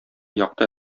якты